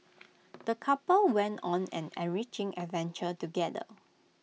the couple went on an enriching adventure together